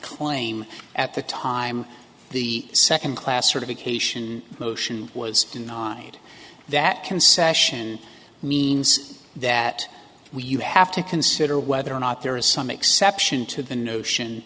claim at the time the second class certification motion was denied that concession means that we you have to consider whether or not there is some exception to the notion